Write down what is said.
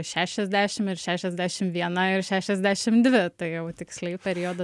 šešiasdešimt ir šešiasdešimt viena ir šešiasdešimt dvi tai jau tiksliai periodą